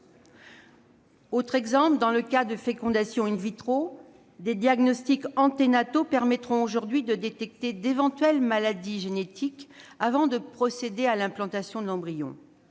Deuxièmement, dans le cas de fécondations, des diagnostics anténataux permettent aujourd'hui de détecter d'éventuelles maladies génétiques avant de procéder à l'implantation de l'embryon.